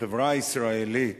החברה הישראלית